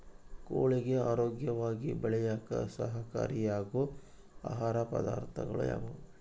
ಕೋಳಿಗೆ ಆರೋಗ್ಯವಾಗಿ ಬೆಳೆಯಾಕ ಸಹಕಾರಿಯಾಗೋ ಆಹಾರ ಪದಾರ್ಥಗಳು ಯಾವುವು?